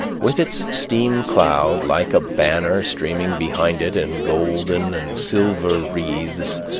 with its steam cloud like a banner streaming behind in golden and silver wreaths,